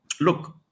Look